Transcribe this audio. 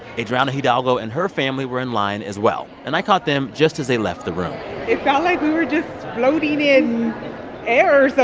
adriana hidalgo and her family were in line as well, and i caught them just as they left the room it felt like we were just floating in air or